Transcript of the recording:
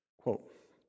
Quote